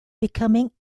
becoming